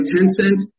Tencent